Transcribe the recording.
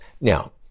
Now